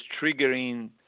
triggering